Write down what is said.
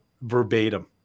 verbatim